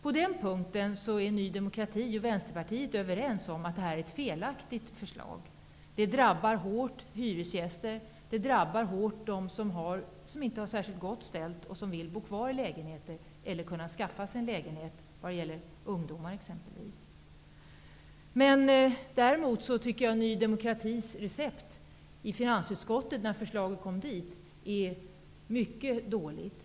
På den punkten är Ny demokrati och Vänsterpartiet överens om att förslaget är felaktigt, eftersom det hårt drabbar hyresgäster och dem som inte har det särskilt gott ställt, men som vill bo kvar i sin lägenhet eller, när det exempelvis gäller ungdomar, skaffa sig en lägenhet. Ny demokratis framlagda recept i finansutskottet är mycket dåligt.